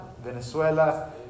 Venezuela